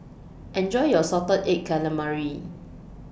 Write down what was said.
Enjoy your Salted Egg Calamari